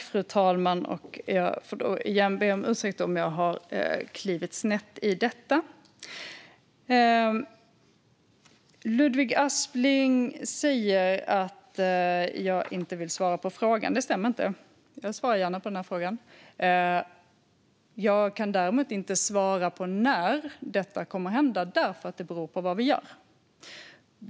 Fru talman! Jag får be om ursäkt om jag har klivit snett i detta. Ludvig Aspling säger att jag inte vill svara på frågan. Det stämmer inte. Jag svarar gärna på frågan. Jag kan däremot inte svara på när detta kommer att hända, därför att det beror på vad vi gör.